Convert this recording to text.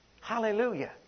Hallelujah